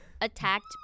attacked